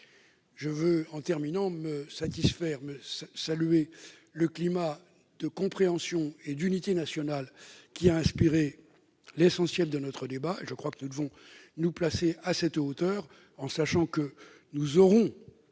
Je veux, en conclusion, saluer le climat de compréhension et d'unité nationale qui a inspiré l'essentiel de notre débat. Nous devons nous placer à cette hauteur, en sachant que nous aurons,